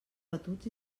batuts